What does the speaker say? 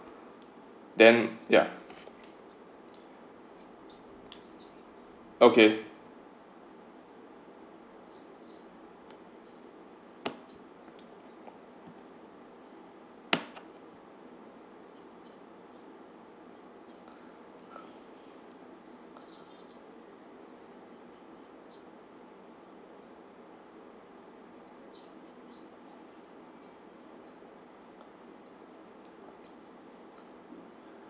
then ya okay